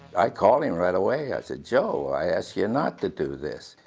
i called him right away. i said, joe, i asked you not to do this.